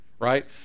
right